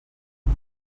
rak